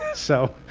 and so